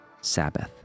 Sabbath